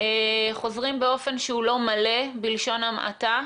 חוזרים באופן שהוא לא מלא, בלשון המעטה,